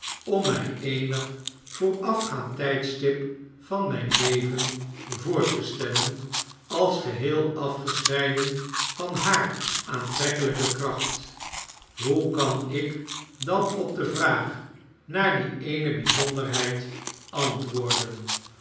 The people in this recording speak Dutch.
om my eenig voorafgaand tydstip van myn leven voor te stellen als geheel afgescheiden van haar aantrekkelyke kracht hoe kan ik dan op de vraag naar die eene byzonderheid antwoorden